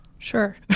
Sure